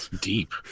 Deep